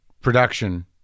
production